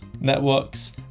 networks